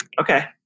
Okay